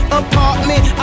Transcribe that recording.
apartment